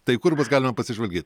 tai kur bus galima pasižvalgyt